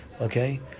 okay